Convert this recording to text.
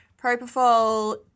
propofol